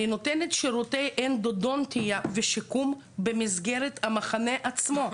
אני נותנת שירותי אנדודונטיה ושיקום במסגרת המחנה עצמו.